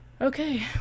Okay